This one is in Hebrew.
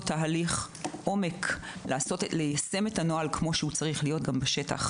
תהליך עומק כדי ליישם את הנוהל גם בשטח.